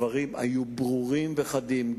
הדברים היו ברורים וחדים,